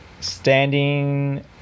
standing